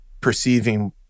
perceiving